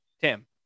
Tim